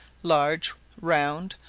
large round,